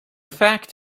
fact